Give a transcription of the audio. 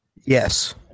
Yes